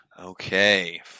Okay